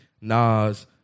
Nas